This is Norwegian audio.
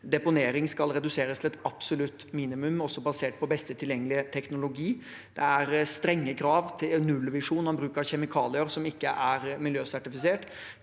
Deponering skal reduseres til et absolutt minimum, også basert på beste tilgjengelige teknologi. Det er strenge krav til nullvisjonen om bruk av kjemikalier som ikke er miljøsertifisert,